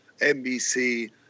NBC